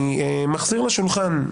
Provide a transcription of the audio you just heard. אני מחזיר לשולחן,